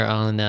on